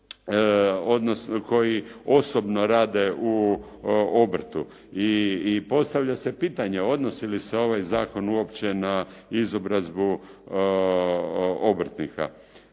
koji osobno rade u obrtu. I postavlja se pitanje odnosi li se ovaj zakon uopće na izobrazbu obrtnika?